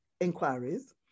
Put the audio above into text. inquiries